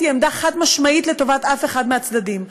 עמדה חד-משמעית לטובת אף אחד מהצדדים.